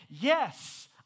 Yes